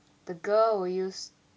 the girl will use